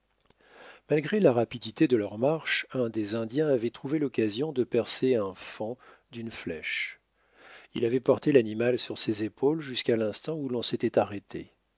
malgré la rapidité de leur marche un des indiens avait trouvé l'occasion de percer un faon d'une flèche il avait porté l'animal sur ses épaules jusqu'à l'instant où l'on s'était arrêté